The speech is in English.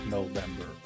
November